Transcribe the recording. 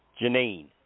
Janine